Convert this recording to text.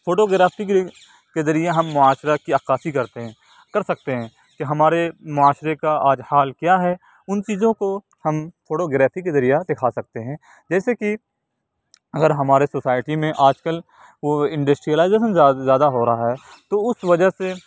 photo گرافی کے کے ذریعے ہم معاشرہ کی عکاسی کرتے ہیں کر سکتے ہیں کہ ہمارے معاشرے کا آج حال کیا ہے ان چیزوں کو ہم فوٹو گرافی کے ذریعہ دکھا سکتے ہیں جیسے کہ اگر ہمارے سوسائٹی میں آج کل وہ انڈسٹریلائزیشن زیادہ ہو رہا ہے تو اس وجہ سے